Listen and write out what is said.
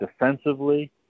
defensively